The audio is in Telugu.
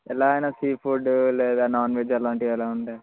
ఎలా అయినా సీ ఫుడ్ లేదా నాన్ వెజ్ అలాంటివి అలా ఉంటే